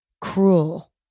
cruel